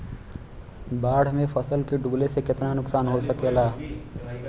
बाढ़ मे फसल के डुबले से कितना नुकसान हो सकेला?